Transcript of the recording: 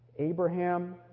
Abraham